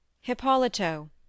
Hippolito